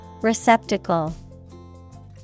Receptacle